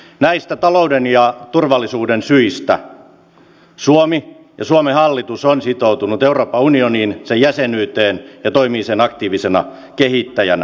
näistä talouden ja turvallisuuden syistä suomi ja suomen hallitus on sitoutunut euroopan unioniin sen jäsenyyteen ja toimii sen aktiivisena kehittäjänä